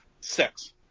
six